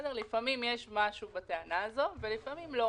לפעמים יש משהו בטענה הזאת ולפעמים לא.